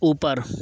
اوپر